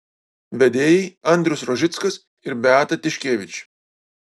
vedėjai andrius rožickas ir beata tiškevič